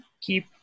keep